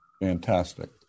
Fantastic